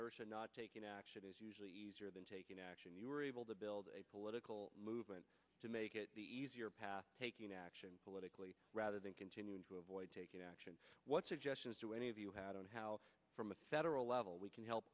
inertia not taking action is usually easier than taking action you were able to build a political movement to make it be easier path taking action politically rather than continuing to avoid taking action what suggestions do any of you had on how from a federal level we can help